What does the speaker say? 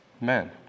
Men